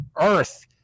Earth